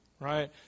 right